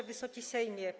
Wysoki Sejmie!